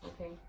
Okay